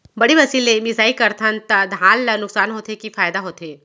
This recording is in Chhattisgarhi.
बड़ी मशीन ले मिसाई करथन त धान ल नुकसान होथे की फायदा होथे?